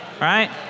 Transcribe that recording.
right